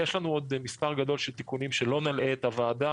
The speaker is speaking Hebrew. יש לנו עוד מספר גדול של תיקונים שלא נלאה בהם כעת את הוועדה.